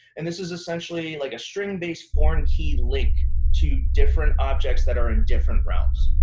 and this is essentially like a string-based foreign-key link to different objects that are in different realms.